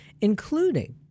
including